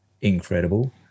Incredible